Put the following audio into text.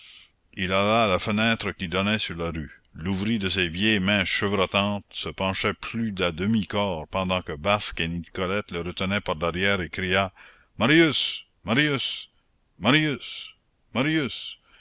il alla à la fenêtre qui donnait sur la rue l'ouvrit de ses vieilles mains chevrotantes se pencha plus d'à mi-corps pendant que basque et nicolette le retenaient par-derrière et cria marius marius marius marius mais marius